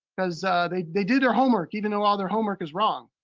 cause they they do their homework, even though all their homework is wrong.